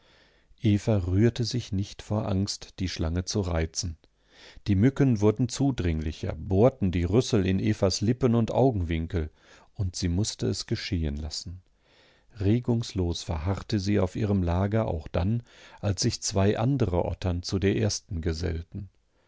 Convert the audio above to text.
eva rührte sich nicht vor angst die schlange zu reizen die mücken wurden zudringlicher bohrten die rüssel in evas lippen und augenwinkel und sie mußte es geschehen lassen regungslos verharrte sie auf ihrem lager auch dann als sich zwei andere ottern zu der ersten gesellten